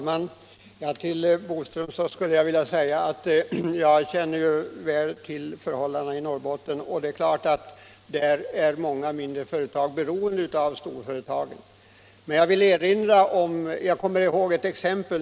Herr talman! Jag känner mycket väl till förhållandena i Norrbotten, herr Boström. Det är klart att många mindre företag där är beroende av storföretagen.